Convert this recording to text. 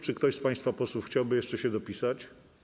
Czy ktoś z państwa posłów chciałby się jeszcze dopisać?